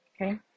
Okay